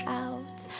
out